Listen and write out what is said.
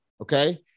Okay